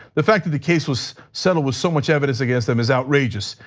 the fact that the case was settled with so much evidence against them is outrageous.